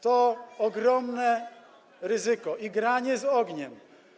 To ogromne ryzyko, igranie z ogniem.